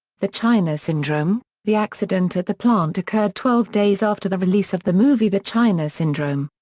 the china syndrome the accident at the plant occurred twelve days after the release of the movie the china syndrome.